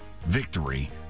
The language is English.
Victory